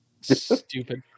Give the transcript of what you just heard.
Stupid